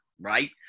right